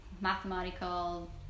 mathematical